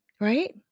right